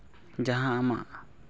ᱡᱟᱦᱟᱸ ᱟᱢᱟᱜ